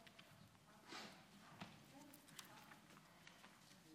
חבריי חברי הכנסת,